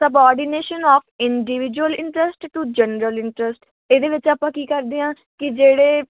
subordination of individual interest to general interest ਇਹਦੇ ਵਿੱਚ ਆਪਾਂ ਕੀ ਕਰਦੇ ਹਾਂ ਕਿ ਜਿਹੜੇ